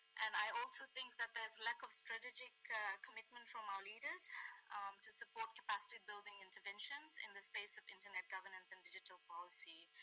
and i also think that there's lack of strategic commitment from our leaders to support capacity-building interventions in the space of internet governance and digital policy.